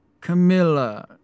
Camilla